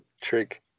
trick